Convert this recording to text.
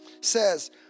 says